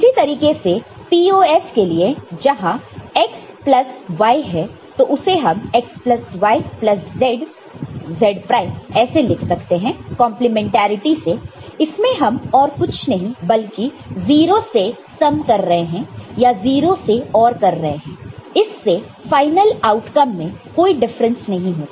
इसी तरीके से POS के लिए जहां x प्लस y है तो उसे हम x plus y plus z z prime ऐसे लिख सकते हैं कंप्लीमेंट्रिटी से इसमें हम और कुछ नहीं बल्कि 0 से सम कर रहे हैं या 0 से OR कर रहे हैं इससे फाइनल आउटकम में कोई डिफरेंस नहीं होगा